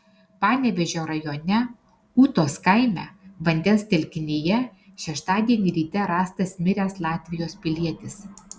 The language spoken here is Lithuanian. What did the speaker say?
panevėžio rajone ūtos kaime vandens telkinyje šeštadienį ryte rastas miręs latvijos pilietis